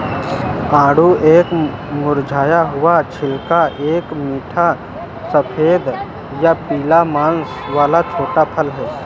आड़ू एक मुरझाया हुआ छिलका और एक मीठा सफेद या पीला मांस वाला छोटा फल है